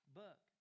book